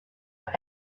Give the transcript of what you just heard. are